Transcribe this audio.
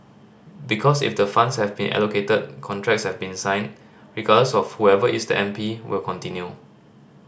because if the funds have been allocated contracts have been signed regardless of whoever is the M P will continue